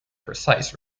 precise